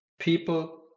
people